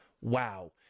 wow